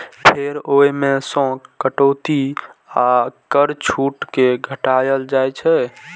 फेर ओइ मे सं कटौती आ कर छूट कें घटाएल जाइ छै